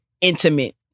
intimate